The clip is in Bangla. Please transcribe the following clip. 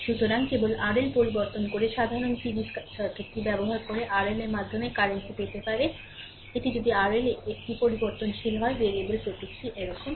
সুতরাং কেবল RL পরিবর্তন করে সাধারণ সিরিজ সার্কিটটি ব্যবহার করে RL এর মাধ্যমে কারেন্ট টি পেতে পারে 'এটি যদি RL একটি পরিবর্তনশীল হয় ভেরিয়েবল প্রতীকটি এরকম